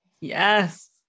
Yes